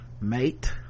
mate